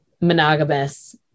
monogamous